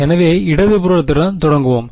எனவே இடது புறத்துடன் தொடங்குவோம்